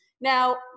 Now